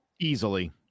Easily